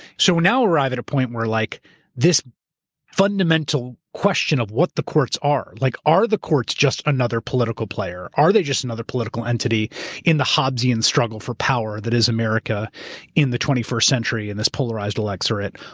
so now arrive at a point where like this fundamental question of what the courts are. like are the courts just another political player? are they just another political entity in the hobbesian struggle for power that is america in the twenty first century in this polarized electorate?